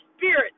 Spirit